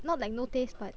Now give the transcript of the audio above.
not like no taste but